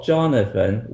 Jonathan